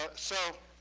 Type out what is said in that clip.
ah so